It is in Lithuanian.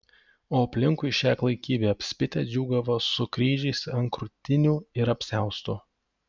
o aplinkui šią klaikybę apspitę džiūgavo su kryžiais ant krūtinių ir apsiaustų